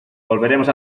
volveremos